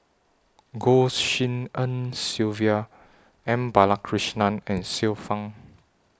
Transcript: Goh Tshin En Sylvia M Balakrishnan and Xiu Fang